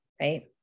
right